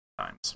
times